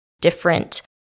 different